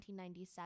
1997